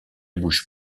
bouge